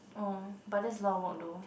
orh but that's lotta work though